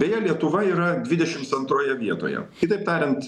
beje lietuva yra dvidešims antroje vietoje kitaip tariant yra